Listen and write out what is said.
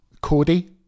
Cody